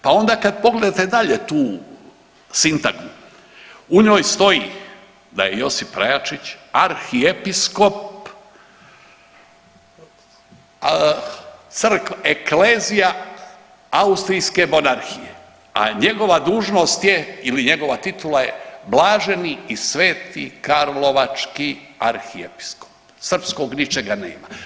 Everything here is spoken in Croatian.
Pa onda kad pogledate dalje tu sintagmu u njoj stoji da je Josip RAjačić arhiepiskop eklezija austrijske monarhije, a njegova dužnost je ili njegova titula je blaženi i sveti karlovački arhiepiskop, srpskog ničega nema.